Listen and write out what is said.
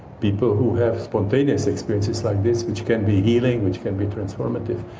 people who have spontaneous experiences like this, which can be healing, which can be transformative,